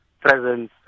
presence